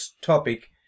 topic